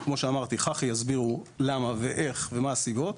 חברת החשמל תסביר למה ואיך ומה הסיבות.